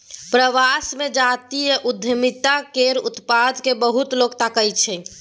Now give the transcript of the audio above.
प्रवास मे जातीय उद्यमिता केर उत्पाद केँ बहुत लोक ताकय छै